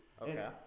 Okay